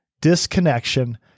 disconnection